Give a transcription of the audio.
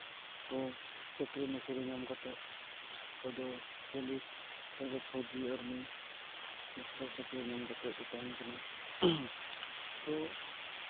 ᱠᱚ ᱪᱟᱹᱠᱨᱤ ᱱᱚᱠᱨᱤ ᱧᱟᱢ ᱠᱟᱛᱮᱫ ᱚᱠᱚᱭ ᱫᱚ ᱯᱩᱞᱤᱥ ᱚᱠᱚᱭ ᱫᱚ ᱯᱷᱳᱣᱡᱤ ᱟᱨᱢᱤ ᱢᱟᱥᱴᱟᱨ ᱪᱟᱹᱠᱨᱤ ᱧᱟᱢ ᱠᱟᱛᱮᱫ ᱠᱚ ᱛᱟᱦᱮᱱ ᱠᱟᱱᱟ ᱛᱳ